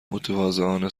متواضعانه